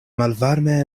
malvarme